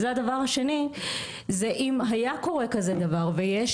והדבר השני זה שאם היה קורה כזה דבר ויש